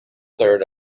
third